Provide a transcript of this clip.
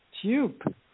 tube